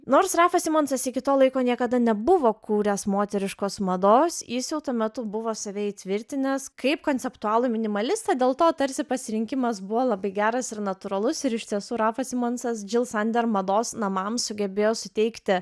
nors rafas simonsas iki to laiko niekada nebuvo kūręs moteriškos mados jis jau tuo metu buvo save įtvirtinęs kaip konceptualų minimalistą dėl to tarsi pasirinkimas buvo labai geras ir natūralus ir iš tiesų rafas simonsas džil sander mados namams sugebėjo suteikti